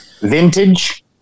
Vintage